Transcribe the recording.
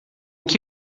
que